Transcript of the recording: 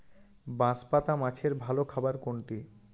বাঁশপাতা মাছের ভালো খাবার কোনটি?